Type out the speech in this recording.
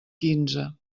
quinze